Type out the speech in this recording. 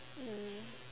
mm